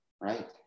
Right